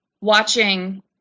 watching